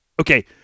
Okay